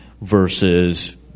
versus